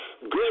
good